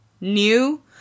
New